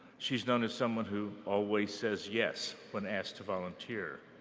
she is known as someone who always says yes when asked to volunteer.